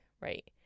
right